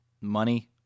Money